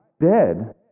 dead